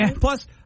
Plus